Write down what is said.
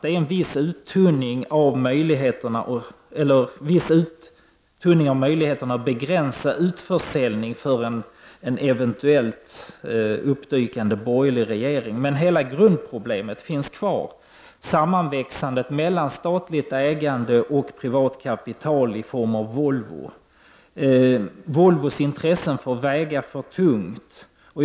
Det görs en viss uttunning av möjligheten för en eventuellt uppdykande borgerlig regering att begränsa utförsäljning, men hela grundproblemet finns kvar, dvs. sammanväxandet mellan statligt ägande och privat kapital i form av Volvo. Volvos intressen får väga för tungt.